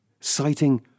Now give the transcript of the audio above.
citing